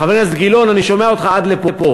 חבר הכנסת גילאון, אני שומע אותך עד לפה.